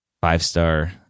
five-star